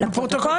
לפרוטוקול.